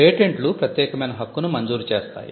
పేటెంట్లు ప్రత్యేకమైన హక్కును మంజూరు చేస్తాయి